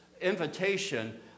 invitation